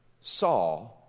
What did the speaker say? saw